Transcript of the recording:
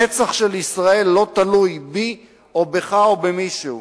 נצח ישראל לא תלוי בי או בך או במישהו,